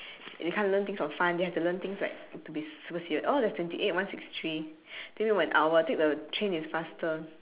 they can't learn things for fun they have to learn things like to be super serious oh there's twenty eight one six three take me one hour take the train is faster